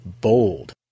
bold